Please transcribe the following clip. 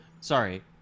Sorry